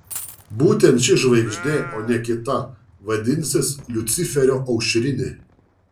būtent ši žvaigždė o ne ta kita vadinsis liuciferio aušrinė